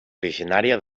originària